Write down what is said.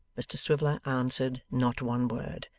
mr swiveller answered not one word,